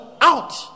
Out